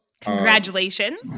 Congratulations